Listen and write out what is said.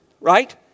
right